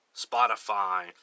Spotify